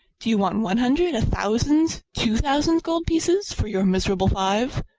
do you want one hundred, a thousand, two thousand gold pieces for your miserable five?